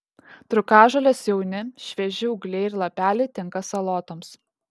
trūkažolės jauni švieži ūgliai ir lapeliai tinka salotoms